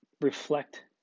reflect